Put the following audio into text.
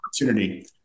opportunity